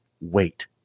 Wait